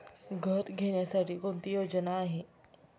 घर घेण्यासाठी कोणती योजना आहे?